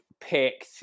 picked